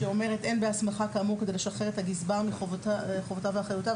שאומרת: "אין בהסמכה כאמור לשחרר את הגזבר מחובותיו ואחריותו".